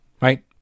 right